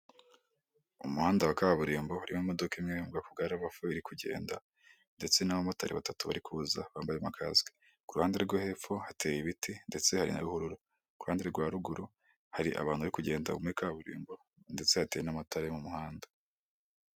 Umuhanda wa kaburimbo urimo imodoka imwe yo mu bwoko bwa ravafo, iri kugenda ndetse n'abamotari batatu bari kuza bambaye amakasike, kuruhande rwo hepfo hateye ibiti ndetse hari na ruhururu ku ruhande rwa ruguru hari abantu bari kugenda muri kaburimbo ndetse hateye n'amatara yo mu muhanda.